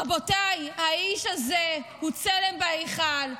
רבותיי, האיש הזה הוא צלם בהיכל.